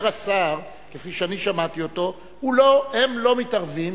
אומר השר, כפי שאני שמעתי אותו: הם לא מתערבים